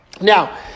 Now